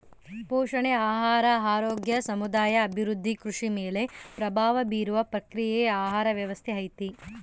ಪೋಷಣೆ ಆಹಾರ ಆರೋಗ್ಯ ಸಮುದಾಯ ಅಭಿವೃದ್ಧಿ ಕೃಷಿ ಮೇಲೆ ಪ್ರಭಾವ ಬೀರುವ ಪ್ರಕ್ರಿಯೆಯೇ ಆಹಾರ ವ್ಯವಸ್ಥೆ ಐತಿ